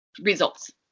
results